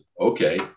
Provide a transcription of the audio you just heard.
okay